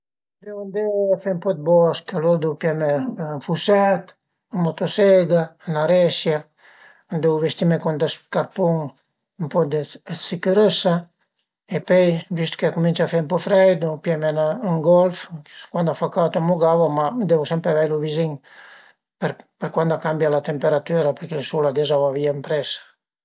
Sun pa ün fotografo però dirìu che pös fe ën due manere: üna che la persun-a a s'büta ën poza e pöi mi cercu dë ëncuadrela, magari da la metà ën sü opüra secund mi a sarìa ancura mei fe dë fotografìe dë persun-e, ma cume a ven-u a ven-u, ën manera spuntanea